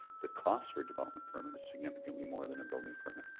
the cost for development permit is significantly more than a building permit.